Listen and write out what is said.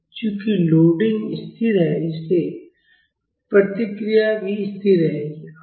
चूंकि लोडिंग स्थिर है इसलिए प्रतिक्रियाएं भी स्थिर रहेंगी